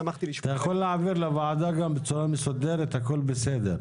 אתה יכול להעביר לוועדה בצורה מסודרת, הכול בסדר.